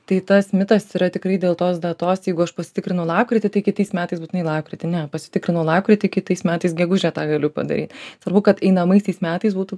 tai tas mitas yra tikrai dėl tos datos jeigu aš pasitikrinau lapkritį tai kitais metais būtinai lapkritį ne pasitikrinau lapkritį kitais metais gegužę tą galiu padaryt svarbu kad einamaisiais metais būtų